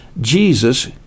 Jesus